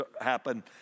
happen